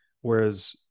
whereas